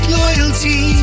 loyalty